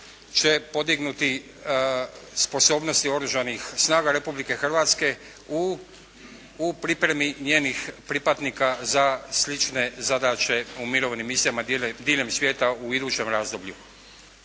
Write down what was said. će podignuti sposobnosti oružanih snaga Republike Hrvatske u pripremi njenih pripadnika za slične zadaće u mirovnim misijama diljem svijeta u idućem razdoblju.